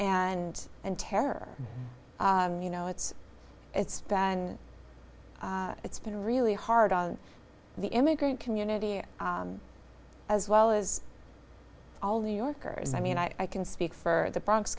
and and terror you know it's it's bad and it's been really hard on the immigrant community as well as all new yorkers i mean i can speak for the bronx